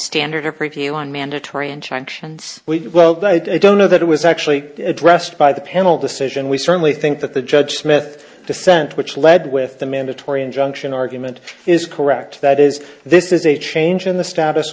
we well i don't know that it was actually addressed by the panel decision we certainly think that the judge smith dissent which led with the mandatory injunction argument is correct that is this is a change in the status